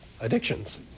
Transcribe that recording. addictions